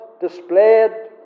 displayed